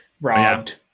robbed